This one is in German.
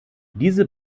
diese